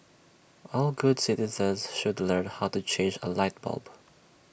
all good citizens should learn how to change A light bulb